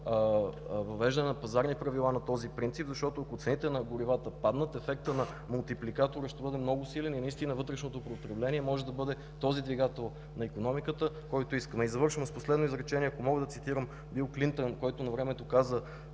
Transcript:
въвеждане на пазарни правила на този принцип. Защото, ако цените на горивата паднат, ефектът на мултипликатор ще бъде много силен и вътрешното потребление може да бъде този двигател на икономиката, който искаме. Завършвам с последно изречение. Ако мога да цитирам Бил Клинтън, който навремето каза,